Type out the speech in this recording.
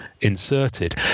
inserted